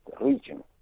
region